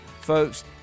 Folks